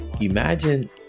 imagine